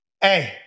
hey